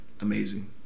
Amazing